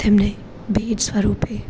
તેમને ભેટ સ્વરૂપે